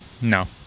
no